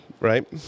right